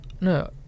No